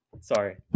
Sorry